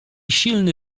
silny